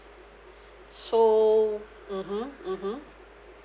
so mmhmm mmhmm